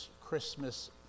Christmas